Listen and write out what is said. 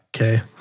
Okay